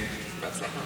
כבוד